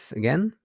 again